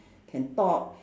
can talk